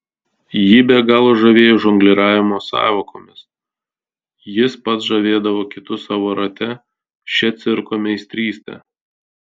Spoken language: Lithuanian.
jį be galo žavėjo žongliravimas sąvokomis jis pats žavėdavo kitus savo rate šia cirko meistryste